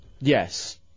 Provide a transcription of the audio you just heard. Yes